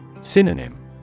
Synonym